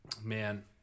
man